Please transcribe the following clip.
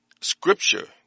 Scripture